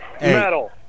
Metal